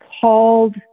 called